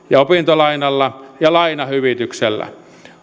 opintolainalla ja lainahyvityksellä